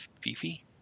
Fifi